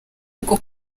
bwo